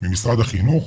ממשרד החינוך,